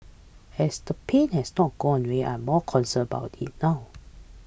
as the pain has not gone away I'm more concerned about it now